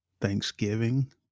Thanksgiving